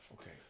Okay